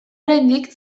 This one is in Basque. oraindik